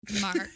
Mark